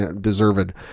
deserved